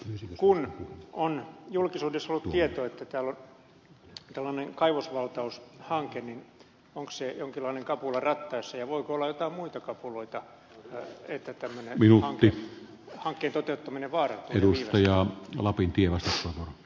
sitten kun on julkisuudessa ollut tieto että täällä on tällainen kaivosvaltaushanke niin onko se jonkinlainen kapula rattaissa ja voiko olla joitain muita kapuloita että tämmöisen hankkeen toteuttaminen vaarantuu ja viivästyy